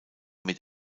mit